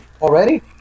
Already